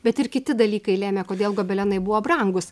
bet ir kiti dalykai lėmė kodėl gobelenai buvo brangūs